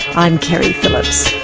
i'm keri phillips.